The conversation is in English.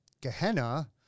Gehenna